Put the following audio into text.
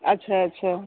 अच्छा अच्छा